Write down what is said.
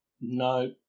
No